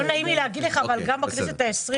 לא נעים לי להגיד לך, אבל גם בכנסת העשרים